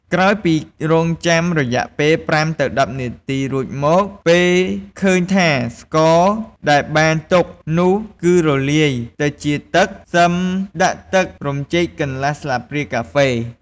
ក្រោយពីរង់ចាំរយៈពេល ៥ ទៅ ១០ នាទីរួចមក ពេលឃើញថាស្ករដែលបានទុកនោះគឺរលាយទៅជាទឹក សិមដាក់ទឹករំចេកកន្លះស្លាបព្រាកាហ្វេ។